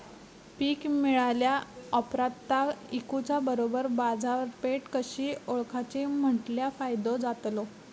पीक मिळाल्या ऑप्रात ता इकुच्या बरोबर बाजारपेठ कशी ओळखाची म्हटल्या फायदो जातलो?